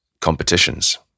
competitions